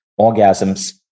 orgasms